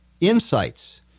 insights